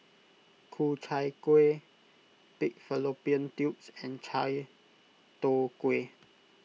Ku Chai Kueh Pig Fallopian Tubes and Chai Tow Kuay